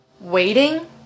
waiting